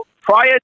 prior